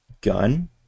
gun